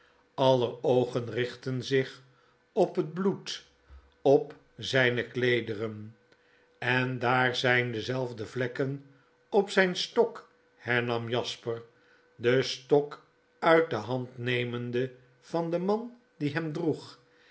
aller oogen richtten zich op het bloed op zijne kleederen en daar zijn dezelfde vlekken op zijn stok hernam jasper den stok uit de hand nemende van den man die hem droeg